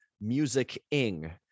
music-ing